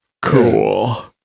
cool